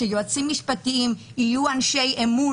שיועצים משפטיים יהיו אנשי אמון,